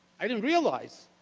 i didn't realize